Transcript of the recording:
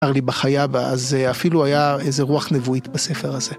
אמר לי בחייבא, אז אפילו היה איזה רוח נבואית בספר הזה.